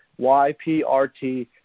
YPRT